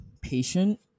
patient